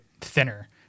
thinner